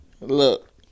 Look